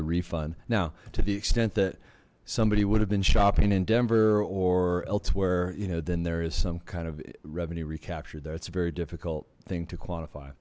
the refund now to the extent that somebody would have been shopping in denver or elsewhere you know then there is some kind of revenue recaptured that's a very difficult thing to quantify